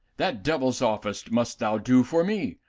that devil's office must thou do for me,